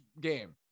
game